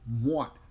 want